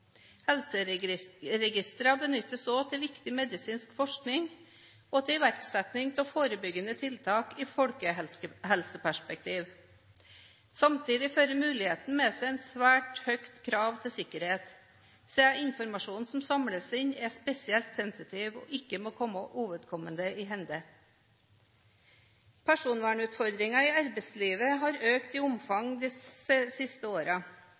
benyttes også til viktig medisinsk forskning og til iverksetting av forebyggende tiltak i folkehelseperspektiv. Samtidig fører muligheten med seg et svært høyt krav til sikkerhet, siden informasjonen som samles inn, er spesielt sensitiv og ikke må komme uvedkommende i hende. Personvernutfordringer i arbeidslivet har økt i omfang de siste